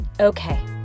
Okay